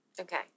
Okay